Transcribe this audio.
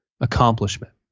accomplishment